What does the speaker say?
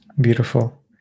beautiful